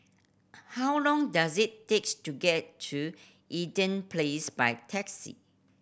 how long does it takes to get to Eaton Place by taxi